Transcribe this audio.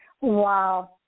Wow